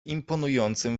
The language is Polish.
imponującym